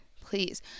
please